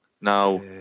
now